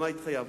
ולמה התחייבנו.